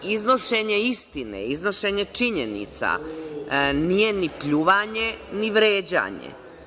Iznošenje istine, iznošenje činjenica nije ni pljuvanje ni vređanje.